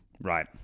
Right